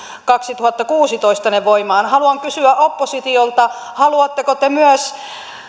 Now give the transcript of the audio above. kaksituhattakuusitoista ne voimaan haluan kysyä oppositiolta haluatteko te myös